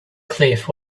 cliff